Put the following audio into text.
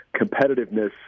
competitiveness